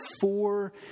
four